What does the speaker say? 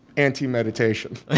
anti-meditation